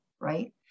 right